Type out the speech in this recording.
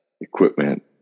equipment